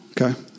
Okay